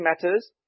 matters